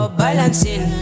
balancing